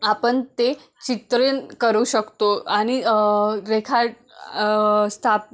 आपण ते चित्रण करू शकतो आणि रेखाय स्थाप